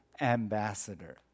ambassador